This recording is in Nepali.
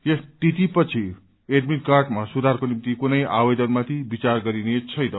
यस तिथिपछि एडमिट कार्डमा सुधारको निम्ति कुनै आवेदनमाथि विचार गरिनेछैन